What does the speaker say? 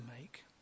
make